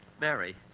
Mary